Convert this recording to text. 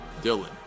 Dylan